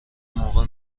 موقع